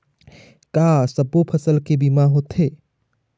का सब्बो फसल के बीमा होथे?